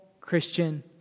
Christian